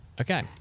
Okay